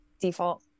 default